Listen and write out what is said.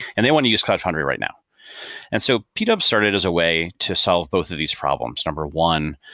and they want to use cloud foundry right now and so p-dubs started as a way to solve both of these problems. number one,